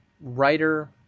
writer